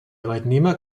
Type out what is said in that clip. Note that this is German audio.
arbeitnehmer